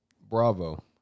Bravo